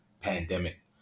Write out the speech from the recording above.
pandemic